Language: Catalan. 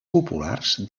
populars